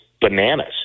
bananas